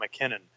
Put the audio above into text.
McKinnon